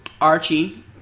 Archie